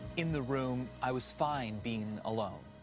in the room, i was fine being alone.